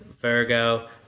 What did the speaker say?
Virgo